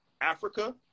Africa